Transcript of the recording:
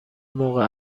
موقع